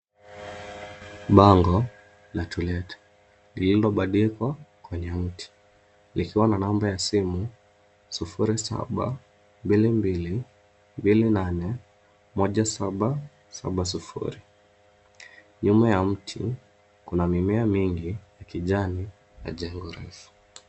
Bango la to let , lililobandikwa kwenye mti, likiwa na namba ya simu, sufuri saba, mbili mbili, mbili nane, moja saba, saba sufuri. Nyuma ya mti kuna mimea mingi ya kijani na jengo refu.